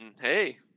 hey